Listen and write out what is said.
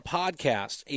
podcast